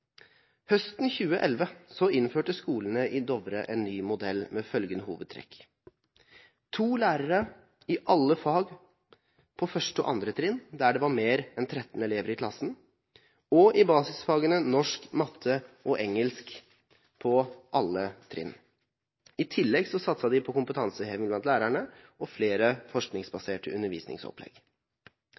Høsten 2011 innførte skolene i Dovre en ny modell med følgende hovedtrekk: to lærere i alle fag på 1. og 2. trinn der det var mer enn 13 elever i klassen, og i basisfagene norsk, matte og engelsk på alle trinn. I tillegg satset man på kompetanseheving blant lærerne og flere forskningsbaserte undervisningsopplegg.